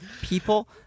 people